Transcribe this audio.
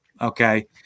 Okay